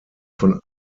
von